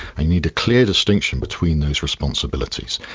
need a clear distinction between these responsibilities,